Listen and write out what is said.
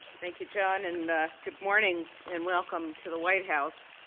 thank you, john. and good morning and welcome to the white house!